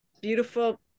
beautiful